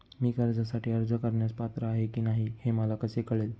मी कर्जासाठी अर्ज करण्यास पात्र आहे की नाही हे मला कसे कळेल?